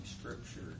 scripture